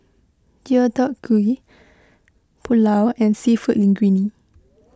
Deodeok Gui Pulao and Seafood Linguine